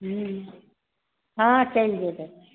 हूँ हँ चलि जयबै